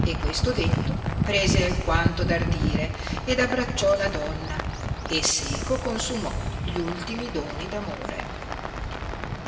e questo detto prese alquanto d ardire ed abbracciò la donna e seco consumò gli ultimi doni d'amore